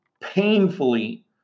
painfully